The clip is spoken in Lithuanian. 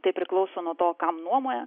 tai priklauso nuo to kam nuomoja